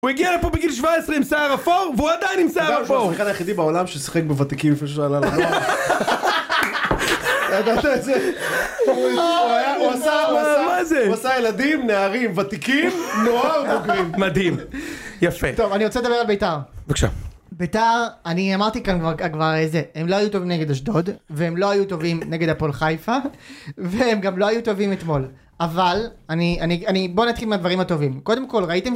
הוא הגיע לפה בגיל 17 עם שיער אפור והוא עדיין עם שיער אפור. אתה יודע שהוא השחקן היחידי בעולם ששיחק בותיקים לפני שהוא עלה לנוער? ידעת את זה? הוא היה, הוא עשה ילדים, נערים, ותיקים, נוער, בוגרים. מדהים. יפה. טוב, אני רוצה לדבר על בית"ר. בבקשה. בית"ר, אני אמרתי כאן כבר, אה זה.. הם לא היו טובים נגד אשדוד, והם לא היו טובים נגד הפועל חיפה, והם גם לא היו טובים אתמול. אבל, אני אני.. בואו נתחיל מהדברים הטובים. קודם כל, ראיתם?